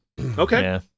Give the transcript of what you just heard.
Okay